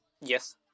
Yes